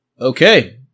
Okay